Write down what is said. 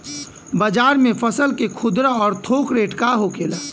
बाजार में फसल के खुदरा और थोक रेट का होखेला?